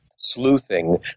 sleuthing